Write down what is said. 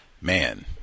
man